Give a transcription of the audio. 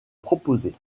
proposée